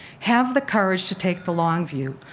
have the courage to take the long view,